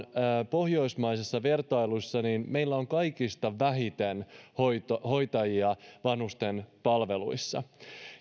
pohjoismaisessa vertailussa niin meillä on kaikista vähiten hoitajia hoitajia vanhusten palveluissa